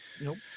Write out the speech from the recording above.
nope